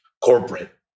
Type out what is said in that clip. corporate